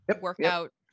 workout